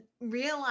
realize